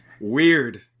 weird